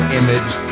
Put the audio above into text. image